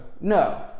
No